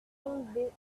business